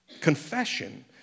confession